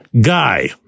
guy